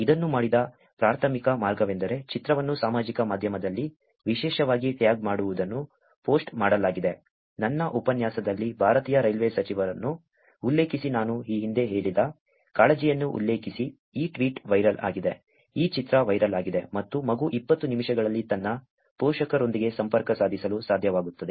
ಇದನ್ನು ಮಾಡಿದ ಪ್ರಾಥಮಿಕ ಮಾರ್ಗವೆಂದರೆ ಚಿತ್ರವನ್ನು ಸಾಮಾಜಿಕ ಮಾಧ್ಯಮದಲ್ಲಿ ವಿಶೇಷವಾಗಿ ಟ್ಯಾಗ್ ಮಾಡುವುದನ್ನು ಪೋಸ್ಟ್ ಮಾಡಲಾಗಿದೆ ನನ್ನ ಉಪನ್ಯಾಸದಲ್ಲಿ ಭಾರತೀಯ ರೈಲ್ವೇ ಸಚಿವರನ್ನು ಉಲ್ಲೇಖಿಸಿ ನಾನು ಈ ಹಿಂದೆ ಹೇಳಿದ ಕಾಳಜಿಯನ್ನು ಉಲ್ಲೇಖಿಸಿ ಈ ಟ್ವೀಟ್ ವೈರಲ್ ಆಗಿದೆ ಈ ಚಿತ್ರ ವೈರಲ್ ಆಗಿದೆ ಮತ್ತು ಮಗು 20 ನಿಮಿಷಗಳಲ್ಲಿ ತನ್ನ ಪೋಷಕರೊಂದಿಗೆ ಸಂಪರ್ಕ ಸಾಧಿಸಲು ಸಾಧ್ಯವಾಗುತ್ತದೆ